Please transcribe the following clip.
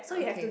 okay